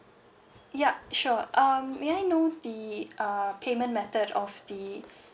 ya sure um may I know the uh payment method of the